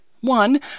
One